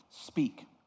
Speak